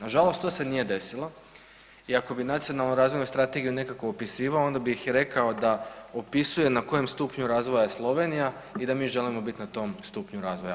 Nažalost to se nije desilo iako bi nacionalnu razvojnu strategiju nekako opisivao onda bih rekao da opisuje na koje stupnju razvoja je Slovenija i da mi želimo biti na tom stupnju razvoja.